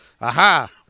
Aha